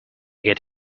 get